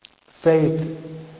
Faith